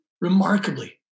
remarkably